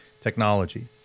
technology